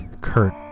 Kurt